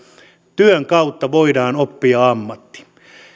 työn kautta voidaan oppia ammatti